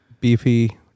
beefy